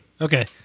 Okay